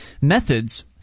methods